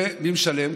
ומי משלם?